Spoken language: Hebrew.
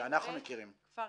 כפר קאסם?